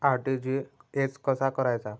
RTGS कसा करायचा?